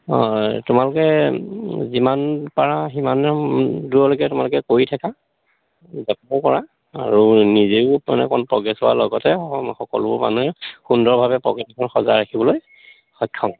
তোমালোকে যিমান পাৰা সিমান দূৰলৈকে তোমালোকে কৰি থাকা যত্নও কৰা আৰু নিজেও মানে অকণ প্ৰগ্ৰেছ হোৱাৰ লগতে সকলোবোৰ মানুহে সুন্দৰভাৱে প্ৰকৃতিখন সজাই ৰাখিবলৈ সক্ষম